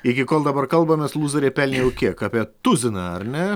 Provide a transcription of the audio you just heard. iki kol dabar kalbamės lūzeriai pelnė jau kiek apie tuziną ar ne